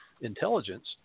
intelligence